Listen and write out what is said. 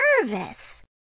nervous